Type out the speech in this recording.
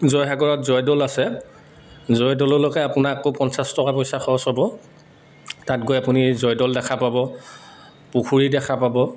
জয়সাগৰত জয়দৌল আছে জয়দৌললৈকে আপোনাক আকৌ পঞ্চাছ টকা পইচা খৰচ হ'ব তাত গৈ আপুনি জয়দৌল দেখা পাব পুখুৰী দেখা পাব